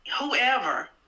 whoever